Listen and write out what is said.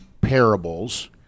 parables